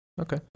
okay